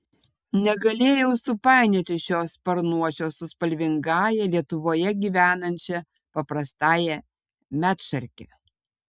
negalėjau supainioti šio sparnuočio su spalvingąja lietuvoje gyvenančia paprasta medšarke